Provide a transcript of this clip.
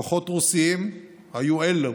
כוחות רוסיים היו אלו